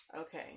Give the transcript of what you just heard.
Okay